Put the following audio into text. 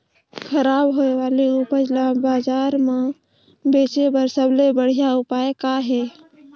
खराब होए वाले उपज ल बाजार म बेचे बर सबले बढ़िया उपाय का हे?